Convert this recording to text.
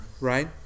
right